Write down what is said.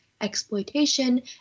exploitation